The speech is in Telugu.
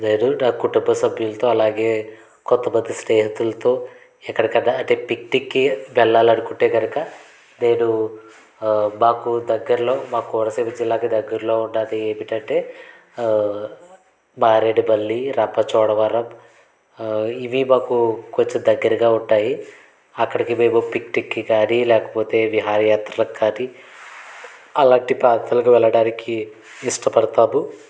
నేను నా కుటుంబ సభ్యులతో అలాగే కొంతమంది స్నేహితులతో ఎక్కడికన్నా అంటే పిక్నిక్కి వెళ్లాలనుకుంటే కనుక నేను మాకు దగ్గరలో మా కోనసీమ జిల్లాకు దగ్గరలో ఉన్నది ఏమిటంటే మారేడుమిల్లి రంపచోడవరం ఇవి మాకు కొంచెం దగ్గరగా ఉంటాయి అక్కడికి మేము పిక్నిక్కి కానీ లేకపోతే విహారయాత్రకు కానీ అలాంటి ప్రాంతాలకు వెళ్ళడానికి ఇష్టపడతాను